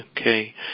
Okay